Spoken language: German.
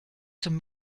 zum